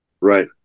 right